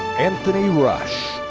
anthony rush.